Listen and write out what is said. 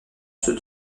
ceux